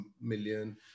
million